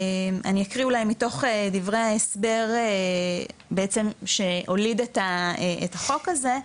אני אקריא אולי מתוך דברי ההסבר בעצם שהוליד את החוק הזה,